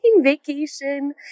vacation